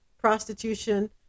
prostitution